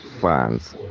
fans